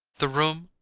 the room,